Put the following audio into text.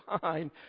fine